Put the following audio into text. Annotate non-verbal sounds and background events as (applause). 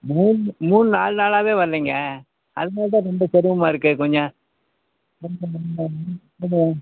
மூணு மூணு நாலு நாளாகவே வரல்லைங்க அதனால் தான் ரொம்ப சிரமமாக இருக்குது கொஞ்சம் (unintelligible) கொஞ்சம்